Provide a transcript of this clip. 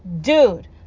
dude